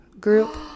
group